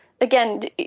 Again